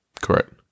Correct